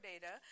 data